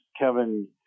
Kevin